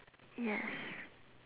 yes